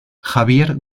javier